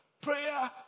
Prayer